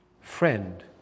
Friend